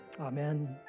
Amen